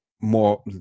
more